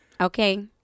Okay